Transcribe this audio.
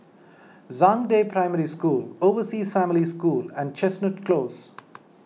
Zhangde Primary School Overseas Family School and Chestnut Close